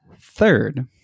third